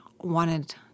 wanted